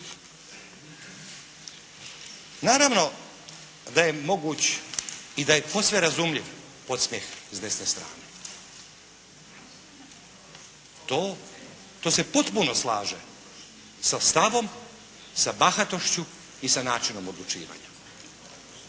Naravno da je moguć i da je posve razumljiv podsmijeh s desne strane. To, to se potpuno slaže sa stavom, sa bahatošću i sa načinom odlučivanja.